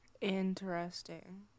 Interesting